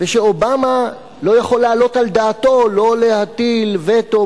ושאובמה לא יכול לעלות על דעתו לא להטיל וטו